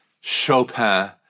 Chopin